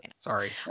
Sorry